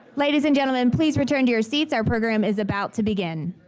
ladies and gentlemen, please return to your seats. our program is about to begin.